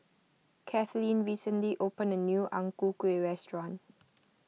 Kathlene recently opened a new Ang Ku Kueh restaurant